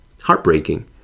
Heartbreaking